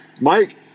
Mike